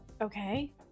Okay